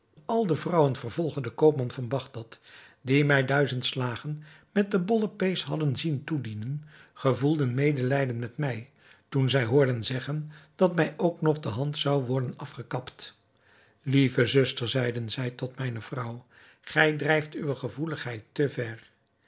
al de vrouwen vervolgde de koopman van bagdad die mij duizend slagen met den bollepees hadden zien toedienen gevoelden medelijden met mij toen zij hoorden zeggen dat mij ook nog de hand zou worden afgekapt lieve zuster zeiden zij tot mijne vrouw gij drijft uwe gevoeligheid te ver